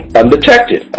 undetected